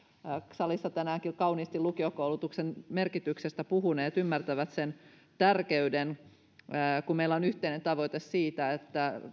salissa tänäänkin kauniisti lukiokoulutuksen merkityksestä puhuneet ymmärtävät sen tärkeyden koska meillä on yhteinen tavoite siitä että